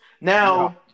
Now